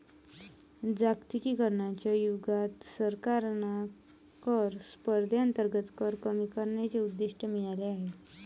जागतिकीकरणाच्या युगात सरकारांना कर स्पर्धेअंतर्गत कर कमी करण्याचे उद्दिष्ट मिळाले आहे